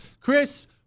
Chris